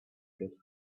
get